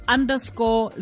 Underscore